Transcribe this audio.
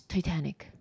Titanic